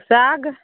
साग